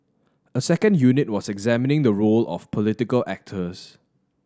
a second unit was examining the role of political actors